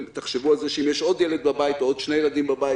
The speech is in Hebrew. תחשבו על כך שאם יש עוד ילד בבית או עוד שני ילדים בבית